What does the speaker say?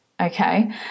okay